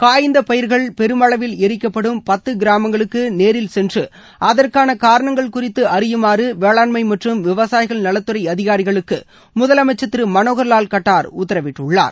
காய்ந்த பயிர்கள் பெருமளவில் எரிக்கப்படும் பத்து கிராமங்களுக்கு நேரில் சென்று அதற்கான காரணங்கள் குறித்து அறியுமாறு வேளாண்மை மற்றும் விவசாயிகள் நலத்துறை அதிகாரிகளுக்கு முதலமைச்சர் திரு மனோகர் லால் கட்டார் உத்தரவிட்டுள்ளார்